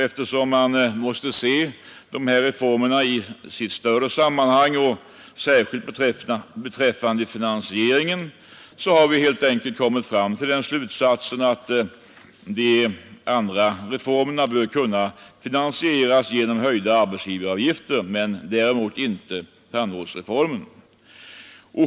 Eftersom man måste se dessa reformer i sitt större sammanhang, särskilt beträffande finansieringen, har vi helt enkelt kommit fram till slutsatsen att de sistnämnda reformerna bör kunna finansieras genom höjda arbetsgivaravgifter men däremot inte tandvårdsreformen.